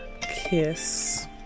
Kiss